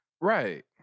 right